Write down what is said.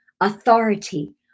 authority